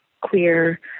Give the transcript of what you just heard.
queer